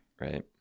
right